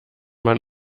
man